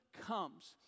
comes